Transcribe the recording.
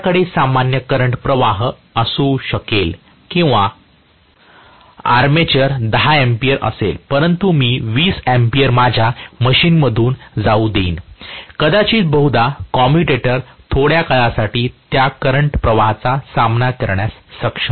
माझ्याकडे सामान्य करंट प्रवाह असू शकेल किंवा आर्मेचरने 10 अँपिअर असेल परंतु मी 20 अँपिअर माझ्या मशीनमधून जाऊ देईन कदाचित बहुधा कौमुटेटर थोड्या काळासाठी त्या करंट प्रवाहाचा सामना करण्यास सक्षम असेल